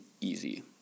easy